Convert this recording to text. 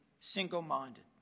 single-minded